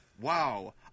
Wow